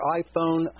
iPhone